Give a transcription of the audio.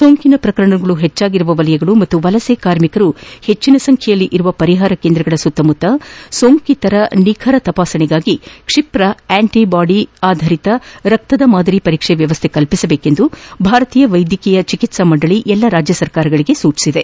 ಸೋಂಕಿನ ಪ್ರಕರಣಗಳು ಹೆಚ್ಚಾಗಿರುವ ವಲಯಗಳು ಮತ್ತು ವಲಸೆ ಕಾರ್ಮಿಕರು ಹೆಚ್ಚಿನ ಸಂಖ್ಯೆಯಲ್ಲಿ ಇರುವ ಪರಿಹಾರ ಕೇಂದ್ರಗಳ ಸುತ್ತಮುತ್ತ ಸೋಂಕಿತರ ನಿಖರ ತಪಾಸಣೆಗಾಗಿ ಕ್ಷಿಪ್ರ ಆಂಟಿಬಾಡಿ ಆಧರಿತ ರಕ್ತದ ಮಾದರಿ ಪರೀಕ್ಷೆ ವ್ಯವಸ್ಥೆ ಕಲ್ಪಿಸಬೇಕೆಂದು ಭಾರತೀಯ ವೈದ್ಯಕೀಯ ಚಿಕಿತ್ಸಾ ಮಂಡಳಿ ಎಲ್ಲ ರಾಜ್ಯಗಳಿಗೆ ಸೂಚಿಸಿದೆ